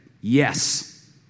yes